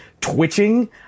twitching